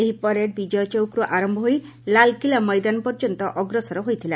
ଏହି ପରେଡ୍ ବିଜୟ ଚୌକ୍ରୁ ଆରମ୍ଭ ହୋଇ ଲାଲ୍କିଲ୍ଲା ମଇଦାନ ପର୍ଯ୍ୟନ୍ତ ଅଗ୍ରସର ହୋଇଥିଲା